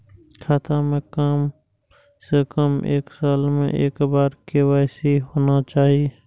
खाता में काम से कम एक साल में एक बार के.वाई.सी होना चाहि?